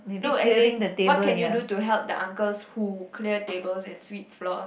no as in what can you do to help the uncles who clear tables and sweep floors